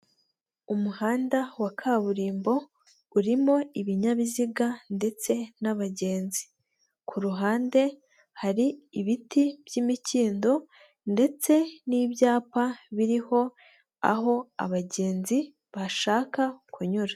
Umuhanda wa kaburimbo urimo ibinyabiziga ndetse n'abagenzi. Ku ruhande hari ibiti by'imikindo ndetse n'ibyapa biriho aho abagenzi bashaka kunyura.